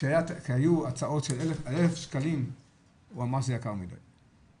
כשהיו הצעות של 1,000 שקלים הוא אמר שזה יקר מדי.